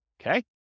Okay